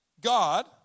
God